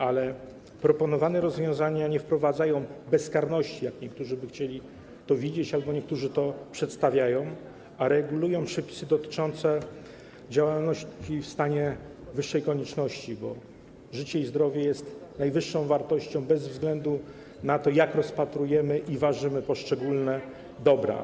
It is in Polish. Ale proponowane rozwiązania nie wprowadzają bezkarności, jak niektórzy by chcieli to widzieć albo jak niektórzy to przedstawiają, tylko regulują przepisy dotyczące działalności w stanie wyższej konieczności, bo życie i zdrowie jest najwyższą wartością bez względu na to, jak rozpatrujemy i ważymy poszczególne dobra.